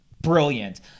brilliant